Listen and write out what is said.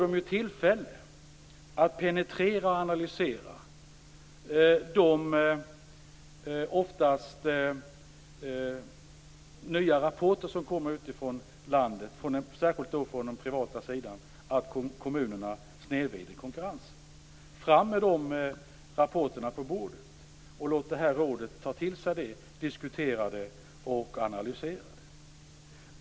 De får tillfälle att penetrera och analysera de rapporter som kommer utifrån landet - särskilt från den privata sidan - om att kommunerna snedvrider konkurrensen. Fram med de rapporterna på bordet! Låt rådet ta dem till sig, diskutera dem och analysera dem.